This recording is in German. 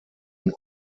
und